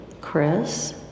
Chris